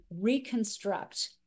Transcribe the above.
reconstruct